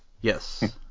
Yes